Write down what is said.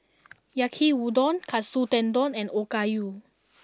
Yaki udon Katsu Tendon and Okayu